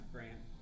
Grant